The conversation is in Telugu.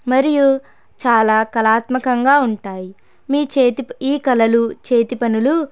మరియు చాలా కళాత్మకంగా ఉంటాయి మీ చేతి ఈ కలలు చేతి పనులు